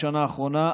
השנה האחרונה,